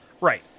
Right